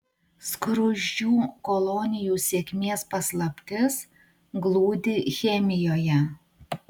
skruzdžių kolonijų sėkmės paslaptis glūdi chemijoje